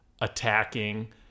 attacking